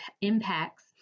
impacts